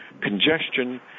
congestion